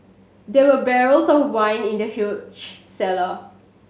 there were barrels of wine in the huge cellar